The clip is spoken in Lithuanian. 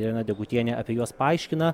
irena degutienė apie juos paaiškina